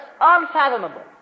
unfathomable